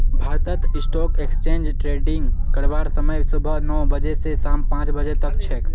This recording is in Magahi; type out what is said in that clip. भारतत स्टॉक एक्सचेंज ट्रेडिंग करवार समय सुबह नौ बजे स शाम पांच बजे तक छेक